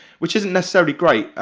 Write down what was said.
which isn't necessarily great,